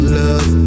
love